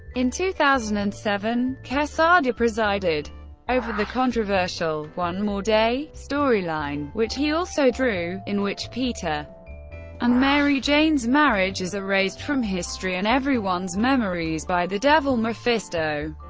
in two thousand and seven, quesada presided over the controversial one more day storyline, which he also drew, in which peter and mary jane's marriage is erased from history and everyone's memories by the devil mephisto.